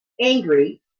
angry